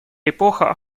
эпоха